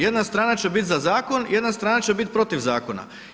Jedna strana će bit za zakon, jedna strana će bit protiv zakona.